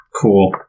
Cool